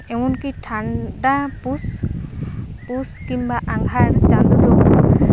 ᱮᱢᱚᱱ ᱠᱤ ᱴᱷᱟᱱᱰᱟ ᱯᱩᱥ ᱯᱩᱥ ᱠᱤᱢᱵᱟ ᱟᱸᱜᱷᱟᱲ ᱪᱟᱸᱫᱳ ᱫᱚ